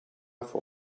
for